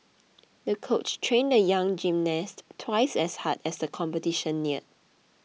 the coach trained the young gymnast twice as hard as the competition neared